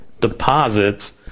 deposits